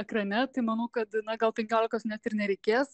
ekrane tai manau kad na gal penkiolikos net ir nereikės